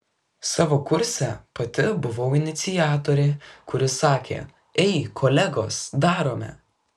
savo kurse pati buvau iniciatorė kuri sakė ei kolegos darome